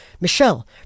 Michelle